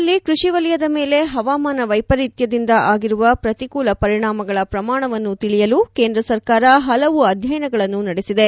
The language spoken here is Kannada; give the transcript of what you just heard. ದೇಶದಲ್ಲಿ ಕ್ವಡಿ ವಲಯದ ಮೇಲೆ ಹವಾಮಾನ ವೈಪರೀತ್ಯದಿಂದ ಆಗಿರುವ ಪ್ರತಿಕೂಲ ಪರಿಣಾಮಗಳ ಪ್ರಮಾಣವನ್ನು ತಿಳಿಯಲು ಕೇಂದ್ರ ಸರ್ಕಾರ ಹಲವು ಅಧ್ಯಯನಗಳನ್ನು ನಡೆಸಿದೆ